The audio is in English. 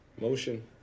Motion